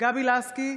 גבי לסקי,